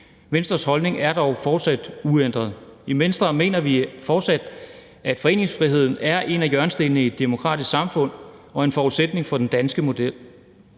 Venstres holdning er fortsat uændret. I Venstre mener vi fortsat, at foreningsfriheden er en af hjørnestenene i et demokratisk samfund og en forudsætning for den danske model.